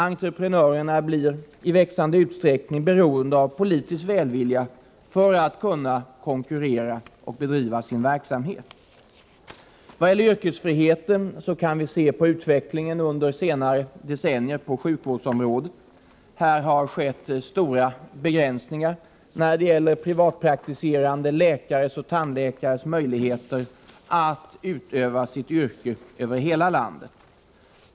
Entreprenörerna blir i växande utsträckning beroende av politisk välvilja för att kunna konkurrera. Vad gäller yrkesfriheten kan vi se på utvecklingen under senare decennier på sjukvårdsområdet. Här har skett stora begränsningar i de privatpraktiserande läkarnas möjligheter att utöva sitt yrke över hela landet.